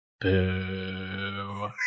Boo